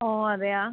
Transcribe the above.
ഓ അതെയോ